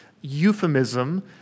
euphemism